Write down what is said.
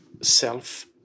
self